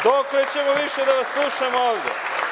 Dokle ćemo više da vas slušamo ovde?